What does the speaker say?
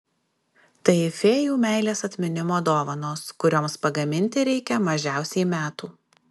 tai fėjų meilės atminimo dovanos kurioms pagaminti reikia mažiausiai metų